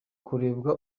kurebwa